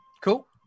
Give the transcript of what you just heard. Cool